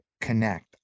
connect